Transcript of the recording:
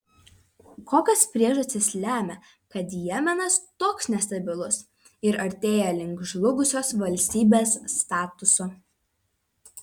kokios priežastys lemia kad jemenas toks nestabilus ir artėja link žlugusios valstybės statuso